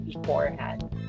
beforehand